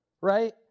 Right